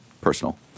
personal